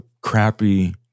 crappy